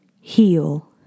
heal